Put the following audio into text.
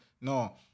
no